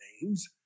names